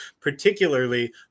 particularly